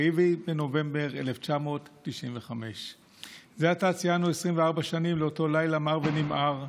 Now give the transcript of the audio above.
ב-4 בנובמבר 1995. זה עתה ציינו 24 שנים לאותו לילה מר ונמהר,